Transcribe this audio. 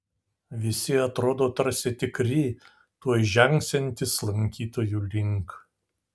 visi atrodo tarsi tikri tuoj žengsiantys lankytojų link